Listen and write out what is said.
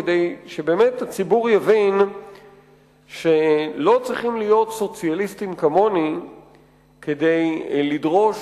כדי שהציבור באמת יבין שלא צריכים להיות סוציאליסטים כמוני כדי לדרוש